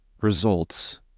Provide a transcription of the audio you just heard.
results